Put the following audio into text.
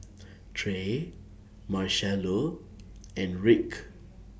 Trae Marchello and Rick